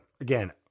Again